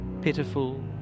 pitiful